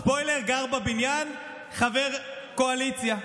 ספוילר: גם בבניין חבר קואליציה.